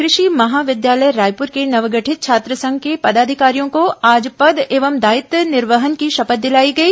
कृषि महाविद्यालय रायपुर के नवगठित छात्रसंघ के पदाधिकारियों को आज पद एवं दायित्व निर्वहन की शपथ दिलायी गई